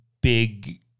big